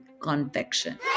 confection